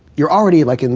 you're already like in